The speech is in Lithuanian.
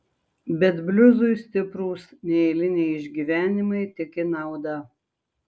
bet bliuzui stiprūs neeiliniai išgyvenimai tik į naudą